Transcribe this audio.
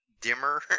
dimmer